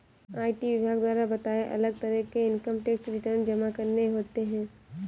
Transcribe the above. IT विभाग द्वारा बताए, अलग तरह के इन्कम टैक्स रिटर्न जमा करने होते है